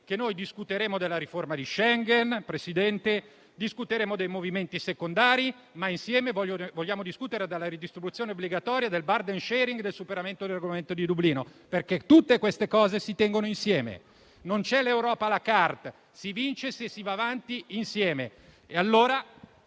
che noi discuteremo della riforma di Schengen, dei movimenti secondari, ma insieme vogliamo discutere della ridistribuzione obbligatoria, del *burden sharing* e del superamento del regolamento di Dublino, perché tutte queste cose si tengono insieme. Non c'è l'Europa *à la carte.* Si vince se si va avanti insieme.